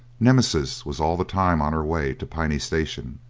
nemesis was all the time on her way to piney station,